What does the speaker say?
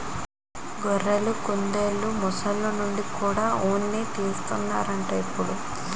గొర్రెలు, కుందెలు, మొసల్ల నుండి కూడా ఉన్ని తీస్తన్నారట ఇప్పుడు